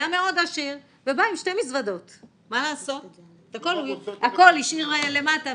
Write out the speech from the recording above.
היה מאוד עשיר ובא עם שתי מזוודות והכול הוא השאיר למטה,